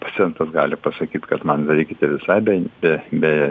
pacientas gali pasakyt kad man darykite visai bei be be